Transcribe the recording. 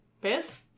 Biff